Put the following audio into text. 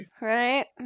Right